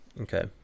Okay